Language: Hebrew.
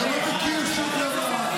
אתה לא מכיר שום דבר.